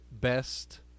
best